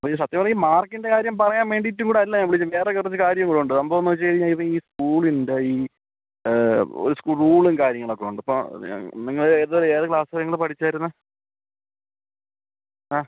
അപ്പം ഇത് സത്യം പറഞ്ഞാൽ ഈ മാർക്കിൻ്റെ കാര്യം പറയാൻ വേണ്ടിയിട്ടും കൂടല്ല ഞാൻ വിളിച്ചത് വേറെ കുറച്ചു കാര്യം കൂടെ ഉണ്ട് സംഭവമെന്നു വച്ചു കഴിഞ്ഞാൽ ഇവൻ സ്കൂളിൻ്റെ ഈ ഒരു റൂളും കാര്യങ്ങളുമൊക്കെയുണ്ട് ഇപ്പം നിങ്ങൾ ഏതു വരെ ഏത് ക്ലാസ് വരെ നിങ്ങൾ പഠിച്ചായിരുന്നു ആ